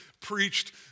preached